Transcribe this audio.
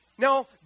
Now